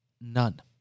None